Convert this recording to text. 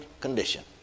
condition